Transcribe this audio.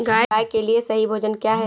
गाय के लिए सही भोजन क्या है?